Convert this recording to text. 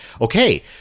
okay